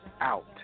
Out